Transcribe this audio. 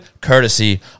courtesy